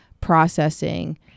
processing